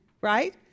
right